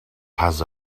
pas